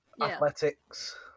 athletics